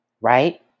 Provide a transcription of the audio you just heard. Right